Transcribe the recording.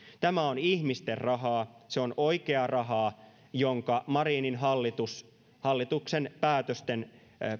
tämä on ihmisten rahaa se on oikeaa rahaa jonka marinin hallitus hallituksen päätösten